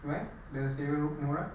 why the sewa murah